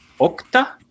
Okta